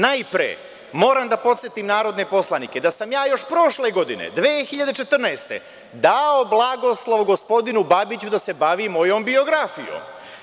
Najpre, moram da podsetim narodne poslanike da sam ja još prošle godine 2014. dao blagoslov gospodinu Babiću da se bavi mojom biografijom.